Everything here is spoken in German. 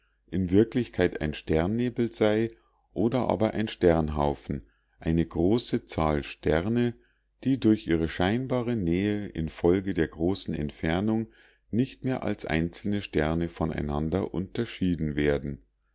in wirklichkeit ein sternnebel sei oder aber ein sternhaufe eine große zahl sterne die durch ihre scheinbare nähe infolge der großen entfernung nicht mehr als einzelne sterne von einander unterschieden werden